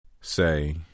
Say